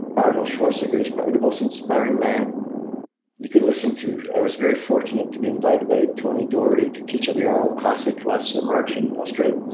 arnold schwarzenegger is probably the most inspiring man you could listen to. i was very fortunate to be invited by tony doherty to teach at the arnold classic last and march in australia.